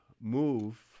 move